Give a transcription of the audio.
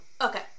okay